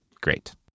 Great